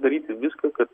daryti viską kad